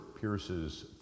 pierces